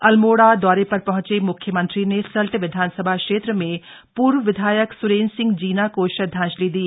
अल्मोड़ा दौरे पर पहंचे म्ख्यमंत्री ने सल्ट विधानसभा क्षेत्र में पूर्व विधायक स्रेन्द्र सिंह जीना को श्रद्धांजलि दी